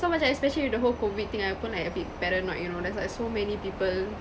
so macam especially with the whole COVID thing I pun like a bit paranoid you know there's like so many people